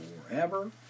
forever